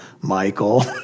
Michael